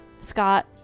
Scott